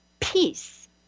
peace